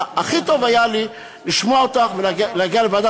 הכי טוב היה לי לשמוע אותך ולהגיע לוועדת